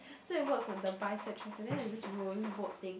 so it works on the bicep triceps then there's this rowing boat thing